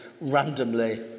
randomly